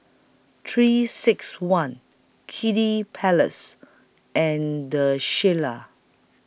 three six one Kiddy Palace and Shilla